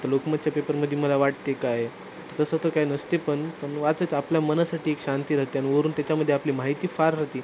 तर लोकमतच्या पेपरमध्ये मला वाटते आहे काय तर तसं तर काय नसते आहे पण पण मी वाचायचं आपल्या मनासाठी एक शांती राहते आहे आणि वरून त्याच्यामध्ये आपली माहिती फार राहत आहे